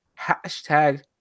Hashtag